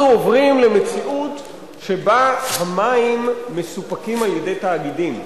עוברים למציאות שבה המים מסופקים על-ידי תאגידים.